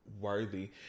worthy